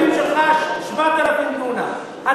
אתה